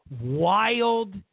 wild